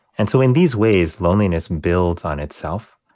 and so in these ways, loneliness builds on itself,